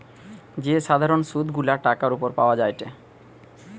যে সাধারণ সুধ গুলা টাকার উপর পাওয়া যায়টে